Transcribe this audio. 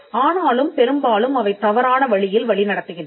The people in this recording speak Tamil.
ஆனாலும் பெரும்பாலும் அவை தவறான வழியில் வழிநடத்துகின்றன